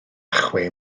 chwe